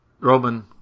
Roman